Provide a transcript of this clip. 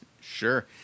Sure